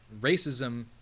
racism